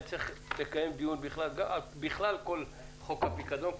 צריך לקיים דיון בכלל על כל חוק הפיקדון,